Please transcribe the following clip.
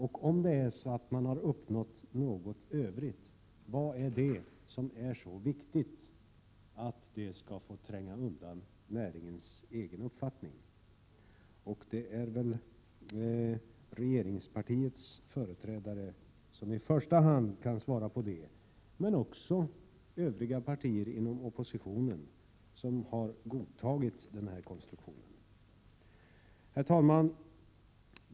Om det är så att man har uppnått något övrigt, vad är det som är så viktigt att det skall få tränga undan näringens egen uppfattning? Det är väl regeringspartiets företrädare som i första hand skall svara på det, men också övriga partier inom oppositionen som har godtagit den här konstruktionen. Herr talman!